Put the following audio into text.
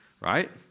Right